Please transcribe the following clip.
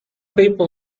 people